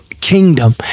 kingdom